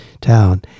town